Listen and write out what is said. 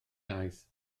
aeth